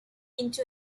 into